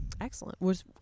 Excellent